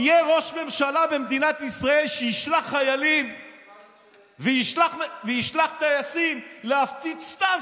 יהיה ראש ממשלה במדינת ישראל שישלח חיילים וישלח טייסים להפציץ סתם,